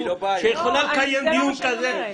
שיכולה לקיים דיון כזה.